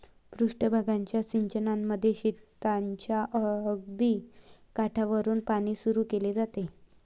पृष्ठ भागाच्या सिंचनामध्ये शेताच्या अगदी काठावरुन पाणी सुरू केले जाते